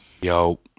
Yo